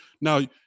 Now